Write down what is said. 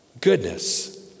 goodness